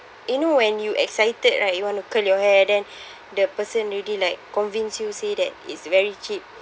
you know when you excited right you want to curl your hair then the person already like convince you say that it's very cheap